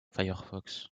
firefox